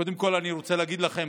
קודם כול אני רוצה להגיד לכם,